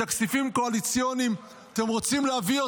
את הכספים הקואליציוניים, אתם רוצים להביא אותם?